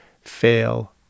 fail